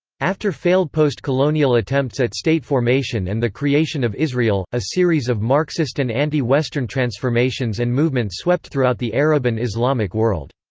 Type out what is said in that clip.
after failed post-colonial attempts at state formation and the creation of israel, a series of marxist and anti-western transformations and movements swept throughout the arab and islamic world.